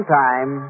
time